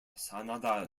sanada